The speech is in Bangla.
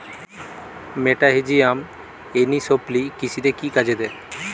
মেটাহিজিয়াম এনিসোপ্লি কৃষিতে কি কাজে দেয়?